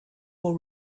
will